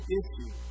issues